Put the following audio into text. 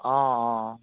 অঁ অঁ